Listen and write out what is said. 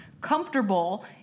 comfortable